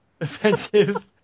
offensive